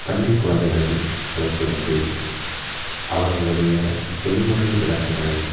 பள்ளிக் குழந்தைகள் அழைத்து வந்து அவர்களுடைய செய்முறை விளக்கங்களை